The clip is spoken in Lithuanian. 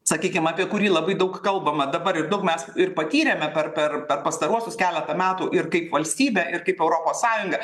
sakykim apie kurį labai daug kalbama dabar ir daug mes ir patyrėme per per per pastaruosius keletą metų ir kaip valstybė ir kaip europos sąjunga